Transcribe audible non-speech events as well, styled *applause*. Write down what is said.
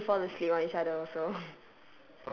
sometimes you fall asleep on each other also *laughs*